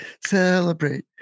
Celebrate